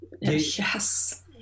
yes